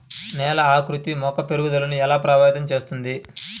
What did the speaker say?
నేల ఆకృతి మొక్కల పెరుగుదలను ఎలా ప్రభావితం చేస్తుంది?